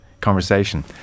conversation